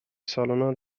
سالانه